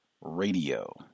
radio